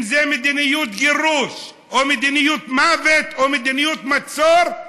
אם זה מדיניות גירוש או מדיניות מוות או מדיניות מצור,